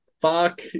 fuck